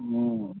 ಹ್ಞೂ